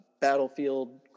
battlefield